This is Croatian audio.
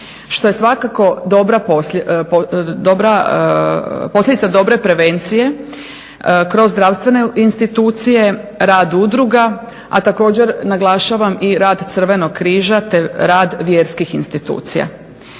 što je svakako dobra, posljedica dobre prevencije kroz zdravstvene institucije, rad udruga, a također naglašavam i rad Crvenog križa te rad vjerskih institucija.